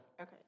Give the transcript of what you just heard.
Okay